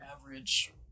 average